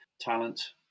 talent